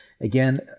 Again